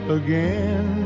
again